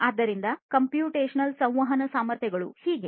ಆದ್ದರಿಂದ ಕಂಪ್ಯೂಟೇಶನ್ ಸಂವಹನ ಸಾಮರ್ಥ್ಯಗಳು ಮತ್ತು ಹೀಗೆ